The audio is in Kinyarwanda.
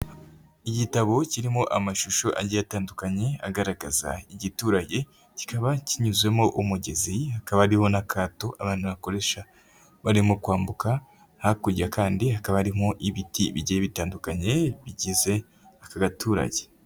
Igitabo kirimo amashusho agiye atandukanye, agaragaza igiturage, kikaba kinyuzemo umugezi, hakaba hariho n'akato abantu bakoresha barimo kwambuka, hakurya kandi hakaba arimo ibiti bigiye bitandukanye, bigize abaturage.